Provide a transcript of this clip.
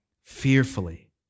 fearfully